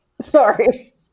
Sorry